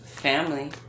family